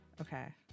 okay